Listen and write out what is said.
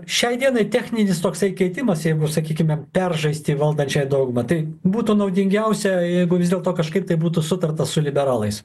šiai dienai techninis toksai keitimas jeigu sakykime peržaisti valdančiąją daugumą tai būtų naudingiausia jeigu vis dėlto kažkaip tai būtų sutarta su liberalais